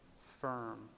firm